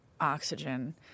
oxygen